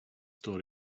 store